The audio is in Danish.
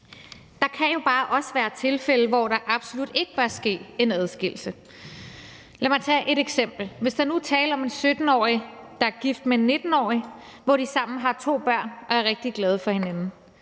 Der kan jo bare også være tilfælde, hvor der absolut ikke bør ske en adskillelse. Lad mig tage et eksempel: Hvis der nu er tale om en 17-årig, der er gift med en 19-årig, og de sammen har to børn og er rigtig glade for hinanden,